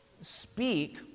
speak